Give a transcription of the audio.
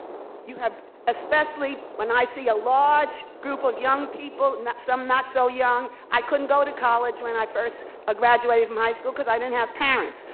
you have especially, when i see a large group of young people, some not so young, i couldn't go to college when i first graduated from high school, cause i didn't have parents.